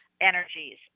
energies